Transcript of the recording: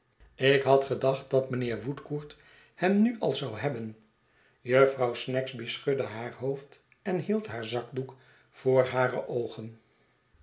ik had gedacht s het verlaten iiois dat mijnheer woodcourt hem nu al zou hebben jufvrouw snagsby schudde haar hoofd en hield haar zakdoek voor hare oogen